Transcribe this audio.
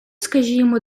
скажімо